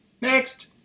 next